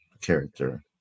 character